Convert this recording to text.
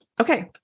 Okay